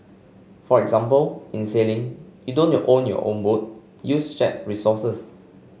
for example in sailing you don't you own your own boat use shared resources